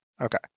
Okay